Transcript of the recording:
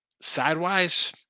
Sidewise